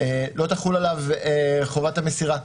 לא תחול עליו חובת המסירה.